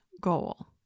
goal